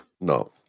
No